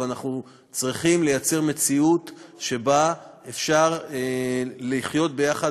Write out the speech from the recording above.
ואנחנו צריכים לייצר מציאות שבה אפשר לחיות ביחד,